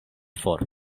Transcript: for